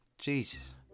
Jesus